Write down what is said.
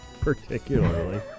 particularly